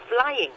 flying